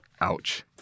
Ouch